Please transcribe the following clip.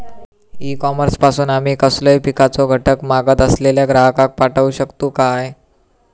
E commerce पासून आमी कसलोय पिकाचो घटक मागत असलेल्या ग्राहकाक पाठउक शकतू काय?